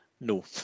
No